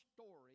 story